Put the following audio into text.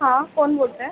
हां कोण बोलत आहे